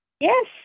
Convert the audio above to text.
Yes